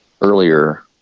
earlier